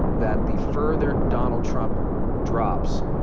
that the further donald trump drops,